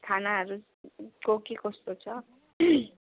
खानाहरूको के कस्तो छ